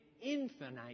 infinite